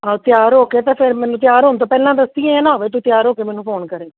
ਹਾਂ ਤਿਆਰ ਹੋ ਕੇ ਤਾਂ ਫਿਰ ਮੈਨੂੰ ਤਿਆਰ ਹੋਣ ਤੋਂ ਪਹਿਲਾਂ ਦੱਸੀਂ ਇਹ ਨਾ ਹੋਵੇ ਤੂੰ ਤਿਆਰ ਹੋ ਕੇ ਮੈਨੂੰ ਫੋਨ ਕਰੇਂ